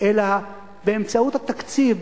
אלא באמצעות התקציב,